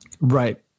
Right